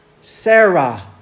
Sarah